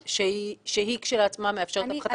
שהיא כשלעצמה מאפשרת הפחתה.